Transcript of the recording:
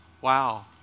wow